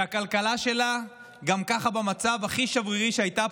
שהכלכלה שלה גם כך במצב הכי שברירי שהיה פה,